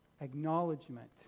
acknowledgement